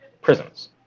prisons